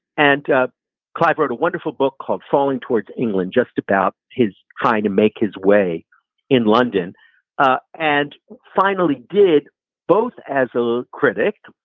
and ah clive wrote a wonderful book called falling towards england, just about his trying to make his way in london ah and finally did both as a critic,